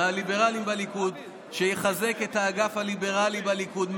מהליברלים בליכוד, שיחזק את האגף הליברלי בליכוד.